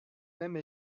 même